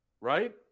right